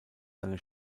seine